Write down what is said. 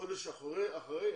חודש אחרי,